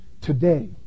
today